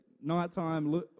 nighttime